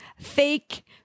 fake